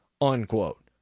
unquote